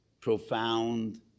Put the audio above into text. profound